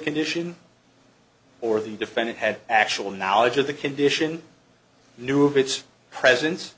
condition or the defendant had actual knowledge of the condition knew of its presence